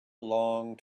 long